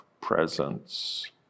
presence